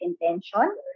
intention